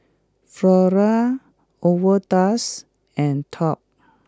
Flora Overdose and Top